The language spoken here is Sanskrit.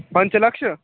पञ्चलक्षम्